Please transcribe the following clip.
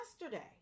yesterday